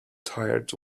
tired